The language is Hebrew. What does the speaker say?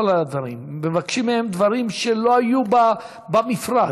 הדברים ומבקשים מהם דברים שלא היו במפרט.